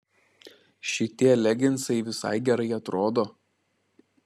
šitie leginsai visai gerai atrodo